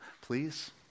please